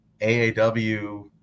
AAW